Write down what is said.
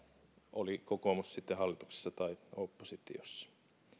oli kokoomus sitten hallituksessa tai oppositiossa